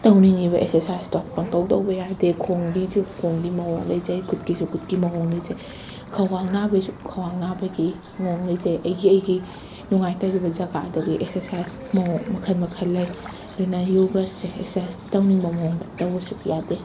ꯇꯧꯅꯤꯡꯉꯤꯕ ꯑꯦꯛꯁꯔꯁꯥꯏꯖꯇꯣ ꯄꯪꯇꯧ ꯇꯧꯕ ꯌꯥꯗꯦ ꯈꯣꯡꯒꯤꯁꯨ ꯈꯣꯡꯒꯤ ꯃꯑꯣꯡ ꯂꯩꯖꯩ ꯈꯨꯠꯀꯤꯁꯨ ꯈꯨꯠꯀꯤ ꯃꯑꯣꯡ ꯂꯩꯖꯩ ꯈ꯭ꯋꯥꯡ ꯅꯥꯕꯩꯁꯨ ꯈ꯭ꯋꯥꯡ ꯅꯥꯕꯒꯤ ꯃꯑꯣꯡ ꯂꯩꯖꯩ ꯑꯩꯒꯤ ꯑꯩꯒꯤ ꯅꯨꯡꯉꯥꯏꯇꯔꯤꯕ ꯖꯒꯥꯗꯨꯒꯤ ꯑꯦꯛꯁꯔꯁꯥꯏꯖ ꯃꯑꯣꯡ ꯃꯈꯜ ꯃꯈꯜ ꯂꯩ ꯑꯗꯨꯅ ꯌꯣꯒꯥꯁꯦ ꯑꯦꯛꯁꯔꯁꯥꯏꯖ ꯇꯧꯅꯤꯡꯕ ꯃꯑꯣꯡꯗ ꯇꯧꯕꯁꯨ ꯌꯥꯗꯦ